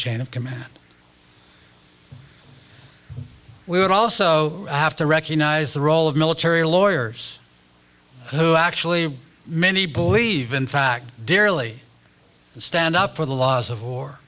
chain of command we would also have to recognize the role of military lawyers who actually many believe in fact dearly and stand up for the laws of war